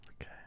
Okay